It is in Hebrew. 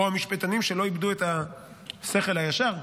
או המשפטנים שלא איבדו את השכל הישר,